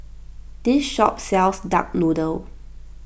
this shop sells Duck Noodle